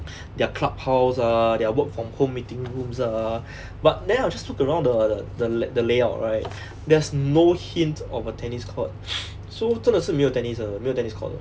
their clubhouse ah their work from home meeting rooms ah but then I just look around the the the layout right there's no hint of a tennis court so 真的是没有 tennis 的没有 tennis court 的